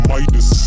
Midas